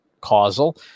causal